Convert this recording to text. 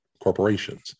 corporations